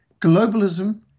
Globalism